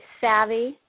savvy